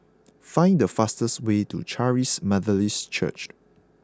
find the fastest way to Charis Methodist Church